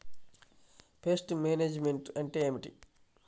Pest management అంటే ఏమిటి?